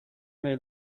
may